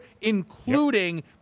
including